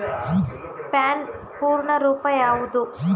PAN ಪೂರ್ಣ ರೂಪ ಯಾವುದು?